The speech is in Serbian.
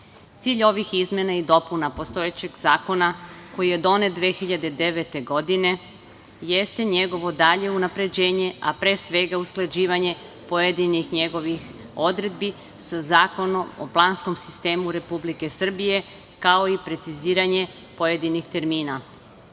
ovih izmena i dopuna postojećeg zakona koji je donet 2009. godine, jeste njegovo dalje unapređenje, a pre svega usklađivanje pojedinih njegovih odredbi sa Zakonom o planskom sistemu Republike Srbije, kao i preciziranje pojedinih